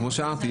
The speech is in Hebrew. כמו שאמרתי,